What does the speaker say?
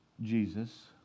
Jesus